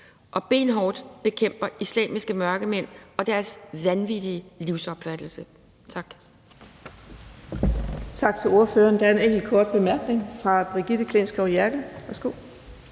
som benhårdt bekæmper islamiske mørkemænd og deres vanvittige livsopfattelse. Tak.